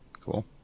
Cool